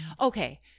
Okay